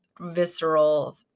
visceral